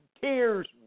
tears